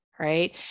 Right